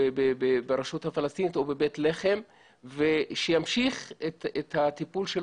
ברשות הפלסטינית או בבית לחם ושימשיך את הטיפול שלו שם?